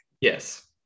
yes